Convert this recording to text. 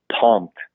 pumped